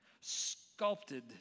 sculpted